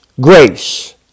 grace